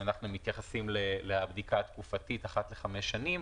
אם אנחנו מתייחסים לבדיקה התקופתית אחת לחמש שנים,